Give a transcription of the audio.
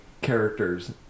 characters